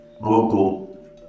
local